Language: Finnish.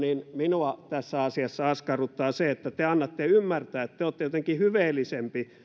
minua tässä asiassa askarruttaa se että te annatte ymmärtää että te olette jotenkin hyveellisempi